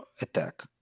attack